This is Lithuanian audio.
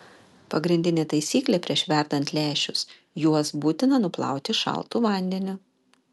pagrindinė taisyklė prieš verdant lęšius juos būtina nuplauti šaltu vandeniu